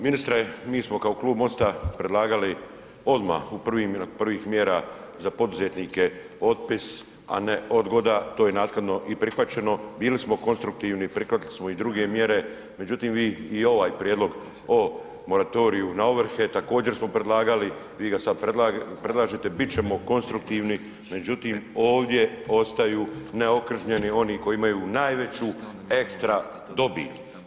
Ministre mi smo kao Klub MOST-a predlagali odmah u prvih mjera za poduzetnike otpis, a ne odgoda, to je naknadno i prihvaćeno, bili smo konstruktivni, prihvatili smo i druge mjere, međutim vi i ovaj prijedlog o moratoriju na ovrhe, također smo predlagali, vi ga sad predlažete, bit ćemo konstruktivni, međutim ovdje ostaju neokržnjeni oni koji imaju najveću ekstra dobit.